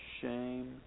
shame